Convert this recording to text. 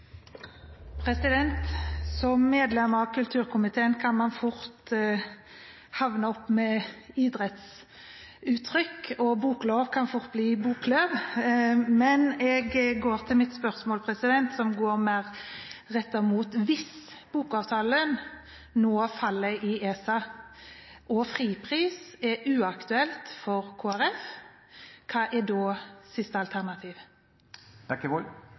Som medlem av kulturkomiteen kan man fort havne opp med idrettsuttrykk, og boklov kan fort bli Boklöv. Men jeg går til mitt spørsmål, som er mer rettet mot at hvis bokavtalen nå faller i ESA, og fripris er uaktuelt for Kristelig Folkeparti, hva er da siste